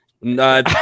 No